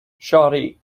shawty